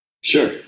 Sure